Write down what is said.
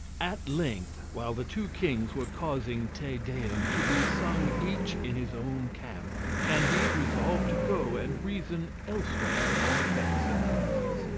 at length, while the two kings were causing te deum to be sung each in his own camp, candide resolved to go and reason elsewhere on effects and causes.